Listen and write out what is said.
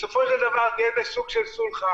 בסופו של דבר נהיה בסוג של סולחה,